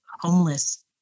homeless